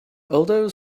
although